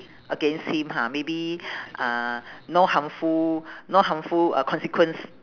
against him ha maybe uh no harmful no harmful uh consequence